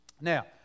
Now